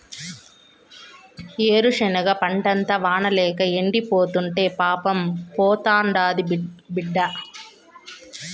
ఏరుశనగ పంటంతా వానల్లేక ఎండిపోతుంటే పానం పోతాండాది బిడ్డా